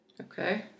Okay